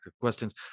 questions